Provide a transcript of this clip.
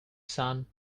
son